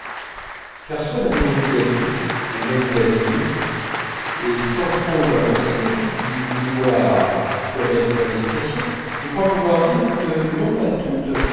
car swann avait beaucoup d'amis et même d'amies et sans trop m'avancer ni vouloir commettre d'indiscrétion je crois pouvoir dire que non pas toutes